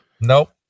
Nope